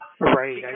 Right